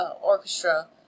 Orchestra